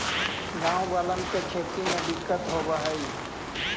गाँव वालन के खेती में दिक्कत होवऽ हई